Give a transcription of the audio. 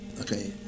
okay